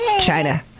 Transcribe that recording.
China